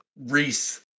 Reese